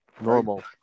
normal